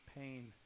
pain